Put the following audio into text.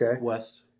west